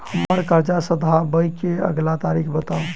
हम्मर कर्जा सधाबई केँ अगिला तारीख बताऊ?